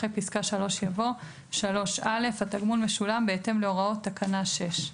אחרי פסקה (3) יבוא: "(3א) התגמול משולם בהתאם להוראות תקנה 6א.""